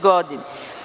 godini.